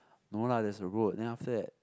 no lah there's a road then after that